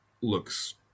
looks